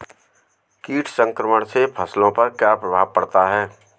कीट संक्रमण से फसलों पर क्या प्रभाव पड़ता है?